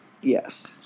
Yes